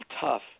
tough